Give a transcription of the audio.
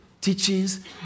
teachings